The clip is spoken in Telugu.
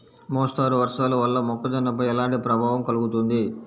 మోస్తరు వర్షాలు వల్ల మొక్కజొన్నపై ఎలాంటి ప్రభావం కలుగుతుంది?